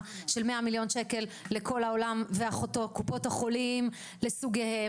של 100 מיליון ₪ לכל העולם ואחותו קופות החולים לסוגיהן,